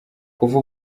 kuva